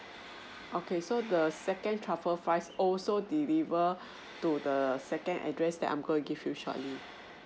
okay so the second truffle fries also deliver to the second address that I'm gonna give you shortly